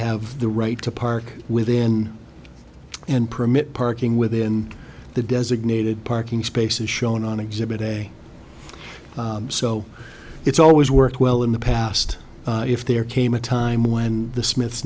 have the right to park within and permit parking within the designated parking spaces shown on exhibit day so it's always worked well in the past if there came a time when the smiths